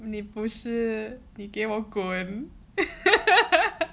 你不是给我滚